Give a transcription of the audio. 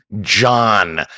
John